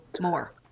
more